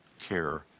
care